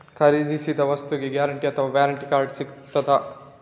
ಖರೀದಿಸಿದ ವಸ್ತುಗೆ ಗ್ಯಾರಂಟಿ ಅಥವಾ ವ್ಯಾರಂಟಿ ಕಾರ್ಡ್ ಸಿಕ್ತಾದ?